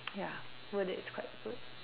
ya word is quite good